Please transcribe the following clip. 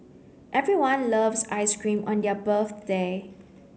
everyone loves ice cream on their birthday